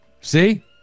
see